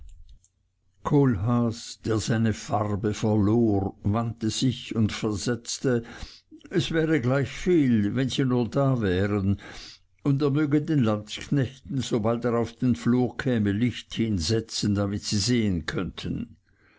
kohlhaas der seine farbe verlor wandte sich und versetzte es wäre gleichviel wenn sie nur da wären und er möchte den landsknechten sobald er auf den flur käme licht hin setzen damit sie sehen könnten